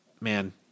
man